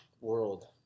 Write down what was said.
world